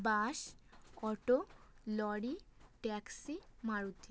bus auto lorry taxi Maruti